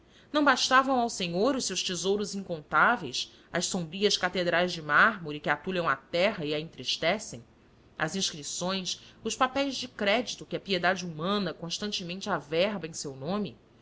não bastavam ao senhor os seus tesouros incontáveis as sombrias catedrais de mármore que atulham a terra e a entristecem as inscrições os papéis de crédito que a piedade humana constantemente averba em seu nome